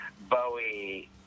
Bowie